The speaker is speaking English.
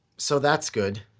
so that's good.